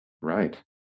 Right